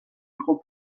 იყო